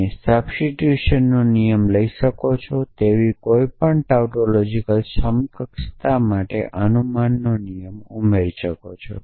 તમે સબસ્ટીટ્યુશનનો નિયમ લઈ શકો છો તેવી કોઈપણ ટાઉટોલોજિકલ સમકક્ષતા માટે અનુમાનનો નિયમ ઉમેરી શકો છો